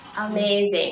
Amazing